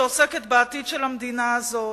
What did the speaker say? שעוסקת בעתיד של המדינה הזאת.